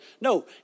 No